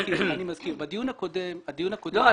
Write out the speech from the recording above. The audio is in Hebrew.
לא.